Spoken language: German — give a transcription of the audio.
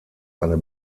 eine